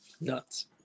Nuts